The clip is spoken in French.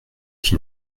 qui